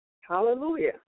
Hallelujah